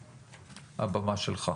בבקשה.